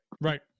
Right